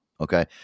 Okay